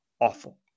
awful